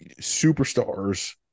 superstars